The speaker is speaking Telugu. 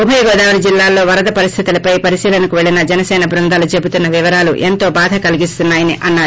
ఉభయ గోదావరి జిల్లాల్లో వరద పరిస్టితులపై పరిశీలనకు వెల్లిన జనసేన బృందాలు చెబుతున్న వివరాలు ఎంతో బాధ కలిగిస్తున్నాయని అన్నారు